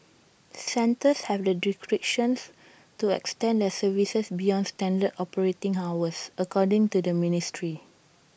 centres have the discretion to extend their services beyond standard operating hours according to the ministry